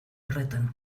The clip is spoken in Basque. horretan